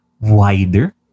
wider